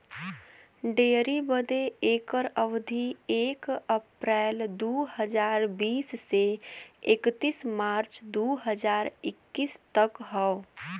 dairy बदे एकर अवधी एक अप्रैल दू हज़ार बीस से इकतीस मार्च दू हज़ार इक्कीस तक क हौ